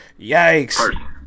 Yikes